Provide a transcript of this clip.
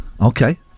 Okay